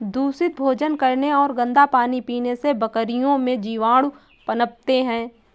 दूषित भोजन करने और गंदा पानी पीने से बकरियों में जीवाणु पनपते हैं